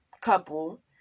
couple